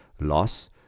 loss